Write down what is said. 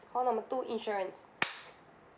call number two insurance